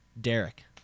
Derek